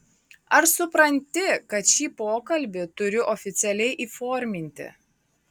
ar supranti kad šį pokalbį turiu oficialiai įforminti